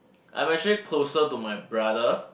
I'm actually closer to my brother